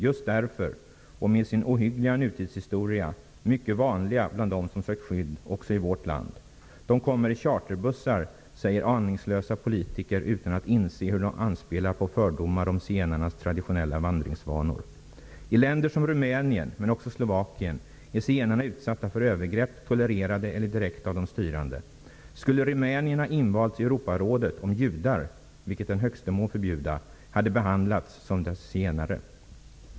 Just därför och på grund av deras ohyggliga nutidshistoria är de nu mycket mer vanligt förekommande bland dem som har sökt skydd också i vårt land. De kommer i charterbussar, säger aningslösa politiker utan att inse hur de anspelar på fördomar om zigenarnas traditionella vandringsvanor. I länder som Rumänien, men också i Slovakien, är zigenarna utsatta för övergrepp, tolererade eller direkt utförda av de styrande. Skulle Rumänien ha invalts i Europarådet om judar, vilket den högste må förbjuda, hade behandlats som dessa zigenare?